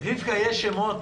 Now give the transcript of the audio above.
יש שמות?